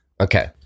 okay